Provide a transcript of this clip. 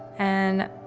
and